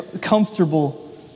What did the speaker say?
comfortable